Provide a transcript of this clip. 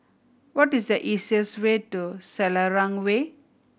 what is the easiest way to Selarang Way